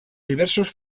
diversos